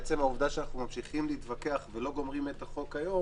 עצם העובדה שאנחנו ממשיכים להתווכח ולא גומרים את החוק היום,